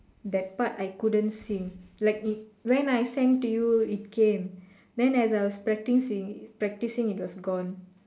that part I couldn't sing like it when I sang to you it came then as I was practice practicing it it was gone